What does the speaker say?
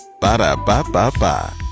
Ba-da-ba-ba-ba